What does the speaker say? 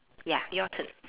ya your turn